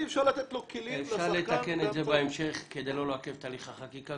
אפשר לתקן את זה בהמשך כדי לא לעכב את הליך החקיקה.